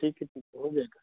ठीक है ठीक है हो जाएगा